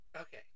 Okay